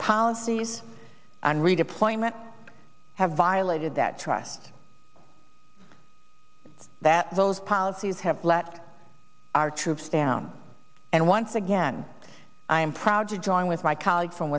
policies and redeployment have violated that trust that those policies have let our troops down and once again i am proud to join with my colleagues from